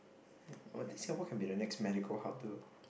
oh this year what can be the next medical hub though